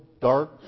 dark